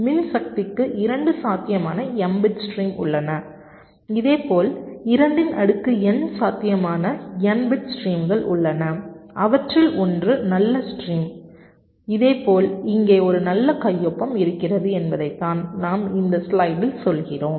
மின்சக்திக்கு 2 சாத்தியமான m bit stream உள்ளன இதேபோல் 2 இன் அடுக்கு n சாத்தியமான n பிட் ஸ்ட்ரீம்கள் உள்ளன அவற்றில் ஒன்று நல்ல ஸ்ட்ரீம் இதேபோல் இங்கே ஒரு நல்ல கையொப்பம் இருக்கிறது என்பதைத்தான் நாம் இந்த ஸ்லைடில் சொல்கிறோம்